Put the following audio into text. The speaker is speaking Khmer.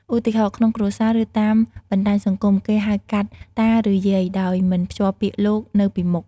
ឧទាហរណ៍ ក្នុងគ្រួសារ ឬតាមបណ្តាញសង្គម គេអាចហៅ "តា" ឬ "យាយ" ដោយមិនភ្ជាប់ពាក្យ "លោក" នៅពីមុខ។